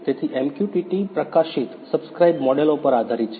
તેથી MQTT પ્રકાશિત subscribe મોડેલો પર આધારિત છે